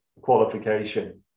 qualification